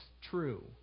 true